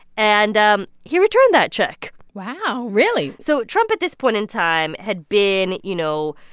and um he returned that check wow, really? so trump at this point in time had been, you know,